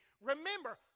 Remember